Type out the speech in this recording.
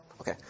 Okay